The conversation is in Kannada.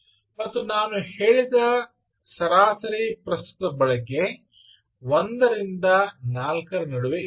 ಮತ್ತು ನಾನು ಹೇಳಿದ ಸರಾಸರಿ ಪ್ರಸ್ತುತ ಬಳಕೆ 1 ಮತ್ತು 4 ರ ನಡುವೆ ಇರುತ್ತದೆ